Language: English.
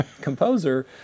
composer